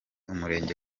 umurenge